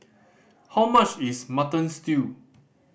how much is Mutton Stew